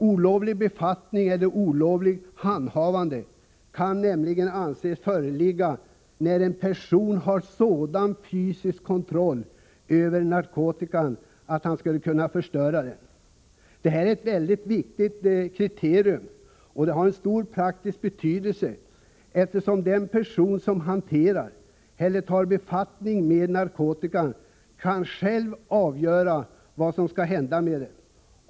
Olovlig befattning eller olovligt handhavande kan nämligen anses föreligga när en person har sådan fysisk kontroll över narkotikan att han skulle kunna förstöra denna. Det är ett mycket viktigt kriterium och det har stor praktisk betydelse, eftersom den person som hanterar eller har befattning med narkotikan kan avgöra vad som skall hända med den.